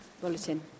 bulletin